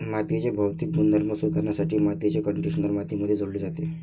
मातीचे भौतिक गुणधर्म सुधारण्यासाठी मातीचे कंडिशनर मातीमध्ये जोडले जाते